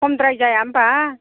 खमद्राय जाया होमबा